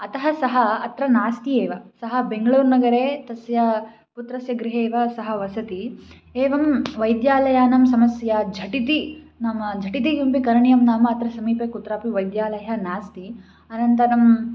अतः सः अत्र नास्ति एव सः बेङ्ग्ळूर् नगरे तस्य पुत्रस्य गृहेव सः वसति एवं वैद्यालयानां समस्या झटिति नाम झटिति किमपि करणीयं नाम अत्र समीपे कुत्रापि वैद्यालयः नास्ति अनन्तरं